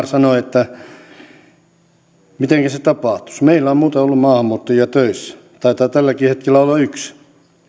yanar sanoi että mitenkä se tapahtuisi meillä on muuten ollut maahanmuuttajia töissä taitaa tälläkin hetkellä olla yksi